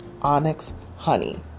onyxhoney